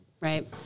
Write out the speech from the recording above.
right